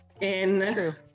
in-